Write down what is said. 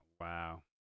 wow